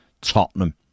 Tottenham